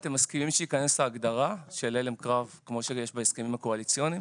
אתם מסכימים שתיכנס ההגדרה של הלם קרב כמו שיש בהסכמים הקואליציוניים?